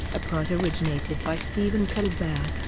a part originated by stephen colbert.